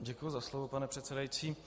Děkuji za slovo, pane předsedající.